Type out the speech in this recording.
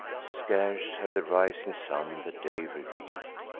scarce had the rising sun the day reveal'd,